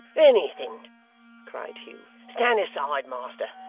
anything cried hugh. stand aside, master,